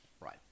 right